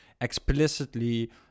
explicitly